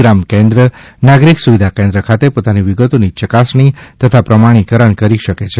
ગ્રામ કેન્દ્ર નાગરિક સુવિધા કેન્દ્ર ખાતે પોતાની વિગતની ચકાસણી તથા પ્રમાણિકરણ કરી શકે છે